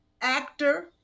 actor